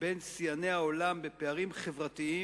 בין שיאני העולם בפערים חברתיים,